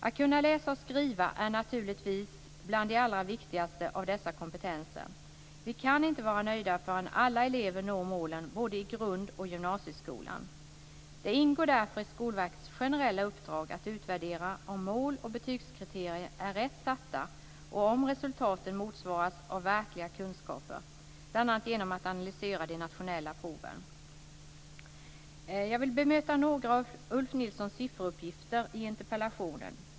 Att kunna läsa och skriva är naturligtvis bland de allra viktigaste av dessa kompetenser. Vi kan inte vara nöjda förrän alla elever når målen både i grund och gymnasieskolan. Det ingår därför i Skolverkets generella uppdrag att utvärdera om mål och betygskriterier är rätt satta och om resultaten motsvaras av verkliga kunskaper, bl.a. genom att analysera de nationella proven. Jag vill bemöta några av Ulf Nilssons sifferuppgifter i interpellationen.